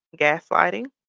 gaslighting